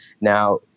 Now